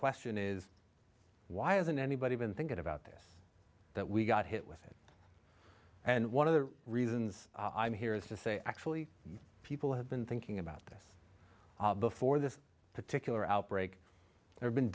question is why isn't anybody even thinking about this that we got hit with it and one of the reasons i'm here is to say actually people have been thinking about this before this particular outbreak